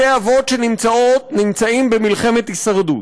בתי-אבות שנמצאים במלחמת הישרדות,